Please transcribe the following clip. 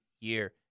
year